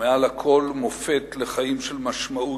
ומעל לכול מופת לחיים של משמעות,